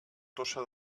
tossa